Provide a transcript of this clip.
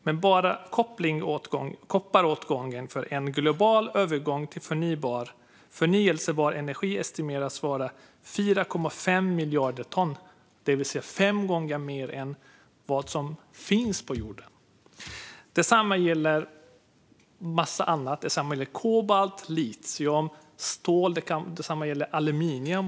Men bara kopparåtgången för en global övergång till förnybar energi estimeras vara 4,5 miljarder ton, det vill säga fem gånger mer än vad som finns på jorden. Detsamma gäller en massa annat, som kobolt, litium, stål och aluminium.